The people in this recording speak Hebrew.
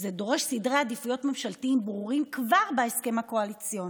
זה דורש סדרי עדיפויות ממשלתיים ברורים כבר בהסכם הקואליציוני.